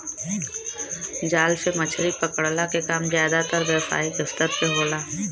जाल से मछरी पकड़ला के काम जादातर व्यावसायिक स्तर पे होला